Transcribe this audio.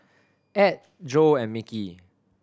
Add Jo and Mickey